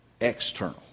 external